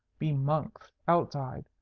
be monks outside,